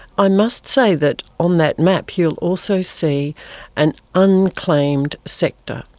i must say that on that map you will also see an unclaimed sector,